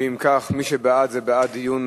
אם כך, מי שבעד, זה בעד דיון